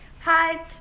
Hi